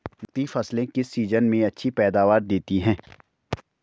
नकदी फसलें किस सीजन में अच्छी पैदावार देतीं हैं?